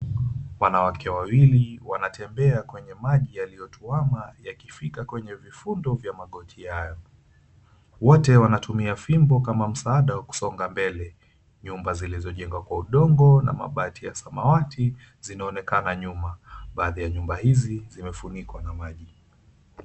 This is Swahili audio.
Wanawake wawili wanatembea kwenye maji yaliotwama yakifika kwenye vifundo vya magoti hayo. Wote wanatumia fimbo kama msaada wa kusonga mbele. Nyumba zilizojengwa kwa udongo na mabati ya samawati zinaonekana nyuma. Baadhi ya nyumba hizi zimefunikwa na maji.